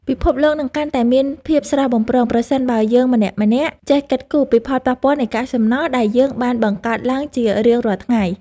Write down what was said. ពិភពលោកនឹងកាន់តែមានភាពស្រស់បំព្រងប្រសិនបើយើងម្នាក់ៗចេះគិតគូរពីផលប៉ះពាល់នៃកាកសំណល់ដែលយើងបានបង្កើតឡើងជារៀងរាល់ថ្ងៃ។